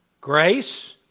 Grace